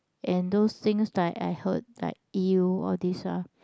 and those things like I heard like eel all these ah